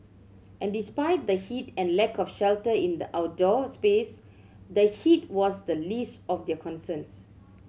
and despite the heat and lack of shelter in the outdoor space the heat was the least of their concerns